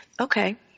okay